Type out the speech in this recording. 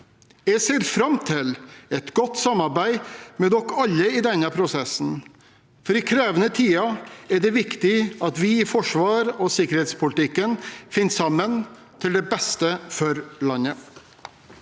Jeg ser fram til et godt samarbeid med alle i denne prosessen. I krevende tider er det viktig at vi i forsvars- og sikkerhetspolitikken finner sammen, til det beste for landet.